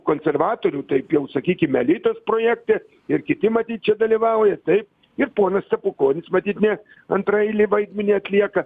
konservatorių taip jau sakykim elitas projekte ir kiti matyt čia dalyvauja taip ir ponas stepukonis matyt ne antraeilį vaidmenį atlieka